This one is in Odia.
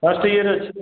ଫାଷ୍ଟ ଇଏରେ ଅଛି